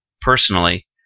personally